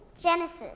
Genesis